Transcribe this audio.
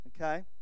okay